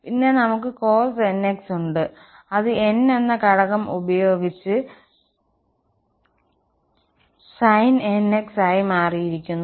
പിന്നെ നമുക്ക് cos nx ഉണ്ട് അത് n എന്ന ഘടകം ഉപയോഗിച്ച് − sinnx ആയി മാറിയിരിക്കുന്നു